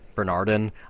Bernardin